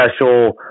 special